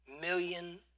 million